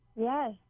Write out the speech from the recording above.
Yes